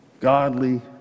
godly